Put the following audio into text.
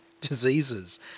diseases